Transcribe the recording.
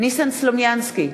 ניסן סלומינסקי,